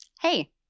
Hey